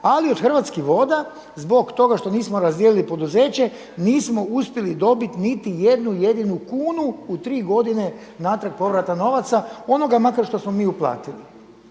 ali od Hrvatskih voda zbog toga što nismo razdijelili poduzeće nismo uspjeli dobiti niti jednu jedinu kunu u tri godine natrag povrata novaca onoga makar što smo mi uplatili.